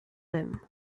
them